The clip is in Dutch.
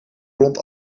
rond